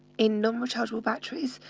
in non-rechargeable batteries,